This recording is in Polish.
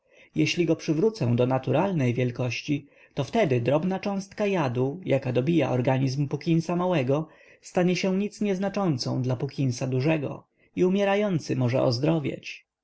jeśli go przywrócę do naturalnej wielkości to wtedy drobna cząsteczka jadu jaka dobija organizm puckinsa małego stanie się nic nieznaczącą dla puckinsa dużego i umierający może ozdrowieć